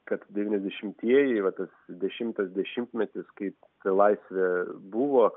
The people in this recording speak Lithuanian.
kad devyniasdešimtieji va tas dešimtas dešimtmetis kai ta laisvė buvo